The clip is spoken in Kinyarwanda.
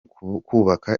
kubaka